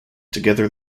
together